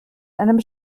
einem